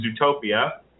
Zootopia